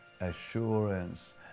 assurance